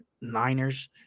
Niners